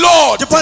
Lord